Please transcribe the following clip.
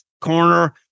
corner